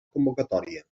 convocatòria